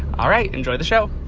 all right. enjoy the show